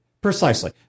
Precisely